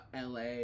LA